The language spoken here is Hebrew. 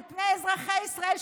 על אזרחי ישראל,